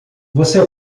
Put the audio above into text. você